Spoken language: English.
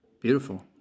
Beautiful